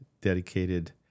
dedicated